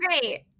great